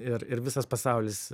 ir ir visas pasaulis